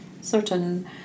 certain